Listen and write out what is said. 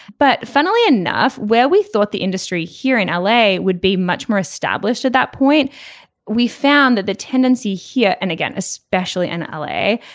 but funnily enough where we thought the industry here in l a. would be much more established at that point we found that the tendency here and again especially in l a.